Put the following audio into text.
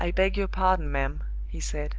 i beg your pardon, ma'am, he said,